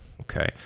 okay